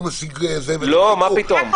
לא, מה פתאום...